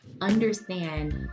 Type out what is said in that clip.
understand